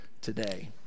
today